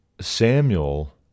Samuel